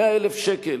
100,000 שקלים.